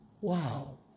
Wow